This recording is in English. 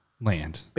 land